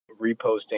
reposting